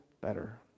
better